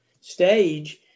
stage